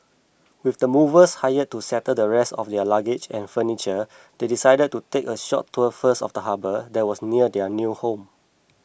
with the movers hired to settle the rest of their luggage and furniture they decided to take a short tour first of the harbour that was near their new home